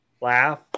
laugh